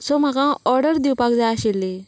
so म्हाका order दिवपाक जाय आशिल्ली